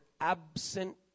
absent